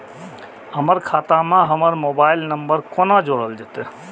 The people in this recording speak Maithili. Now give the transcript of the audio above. हमर खाता मे हमर मोबाइल नम्बर कोना जोरल जेतै?